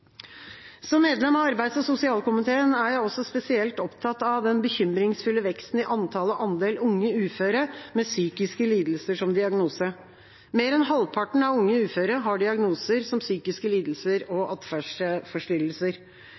Som medlem av arbeids- og sosialkomiteen er jeg også spesielt opptatt av den bekymringsfulle veksten i andelen unge uføre med psykiske lidelser som diagnose. Mer enn halvparten av unge uføre har diagnoser som psykiske lidelser og atferdsforstyrrelser.